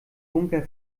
bunker